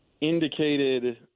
indicated